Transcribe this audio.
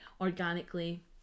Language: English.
organically